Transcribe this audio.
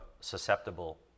susceptible